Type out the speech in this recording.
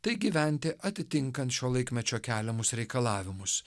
tai gyventi atitinkant šio laikmečio keliamus reikalavimus